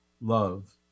love